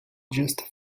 just